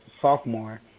sophomore